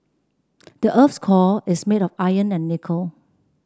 the earth's core is made of iron and nickel